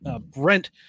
Brent